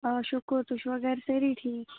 آ شُکُر تُہۍ چھِوا گَرِ سٲری ٹھیٖک